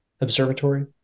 observatory